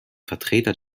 vertreter